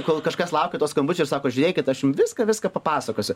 kol kažkas laukia to skambučio ir sako žiūrėkit aš jum viską viską papasakosiu